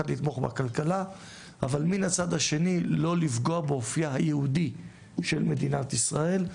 לתמוך בכלכלה אבל מן הצד השני לא לפגוע באופייה היהודי של מדינת ישראל,